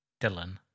Dylan